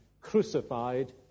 crucified